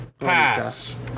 pass